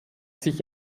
sich